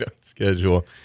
schedule